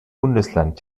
bundesland